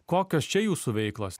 kokios čia jūsų veiklos